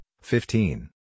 fifteen